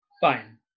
Fine